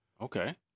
okay